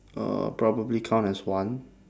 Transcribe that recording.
uh probably count as one